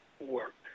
Work